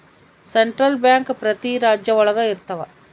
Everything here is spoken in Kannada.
ಸೆಂಟ್ರಲ್ ಬ್ಯಾಂಕ್ ಪ್ರತಿ ರಾಜ್ಯ ಒಳಗ ಇರ್ತವ